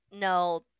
No